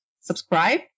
subscribe